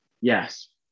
yes